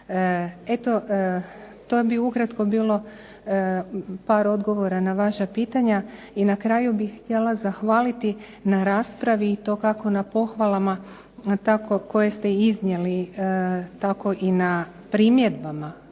Eto to bi ukratko bilo par odgovora na vaša pitanja i na kraju bih htjela zahvaliti na raspravi i to kako na pohvalama koje ste iznijeli, tako i na primjedbama